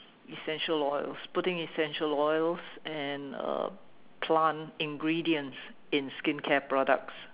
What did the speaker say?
essential oils putting essential oils and uh plant ingredients in skincare products